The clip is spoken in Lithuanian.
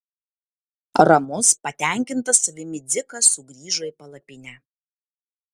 ramus patenkintas savimi dzikas sugrįžo į palapinę